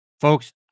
Folks